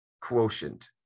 quotient